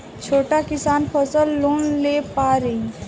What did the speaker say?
छोटा किसान फसल लोन ले पारी?